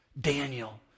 Daniel